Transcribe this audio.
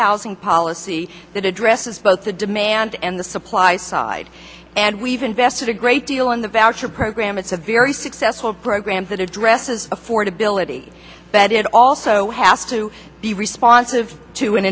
housing policy dresses both the demand and the supply side and we've invested a great deal in the voucher program it's a very successful programs that addresses affordability but it also has to be responsive to an